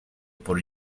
por